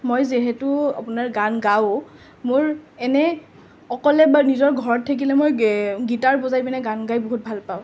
মই যিহেতু আপোনাৰ গান গাওঁ মোৰ এনেই অকলে বা নিজৰ ঘৰত থাকিলে মই গীটাৰ বজাই মানে গান গাই বহুত ভালপাওঁ